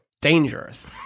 Dangerous